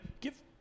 give